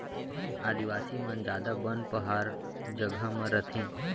आदिवासी मन जादा बन पहार जघा म रथें